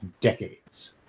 decades